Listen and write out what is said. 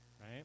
Right